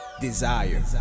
desire